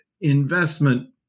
investment